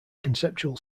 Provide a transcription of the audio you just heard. conceptual